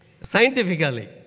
scientifically